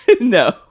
No